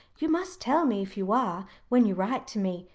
you must tell me if you are when you write to me,